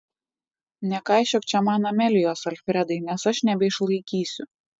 nekaišiok čia man amelijos alfredai nes aš nebeišlaikysiu